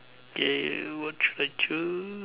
K what should I choose